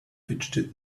fidgeted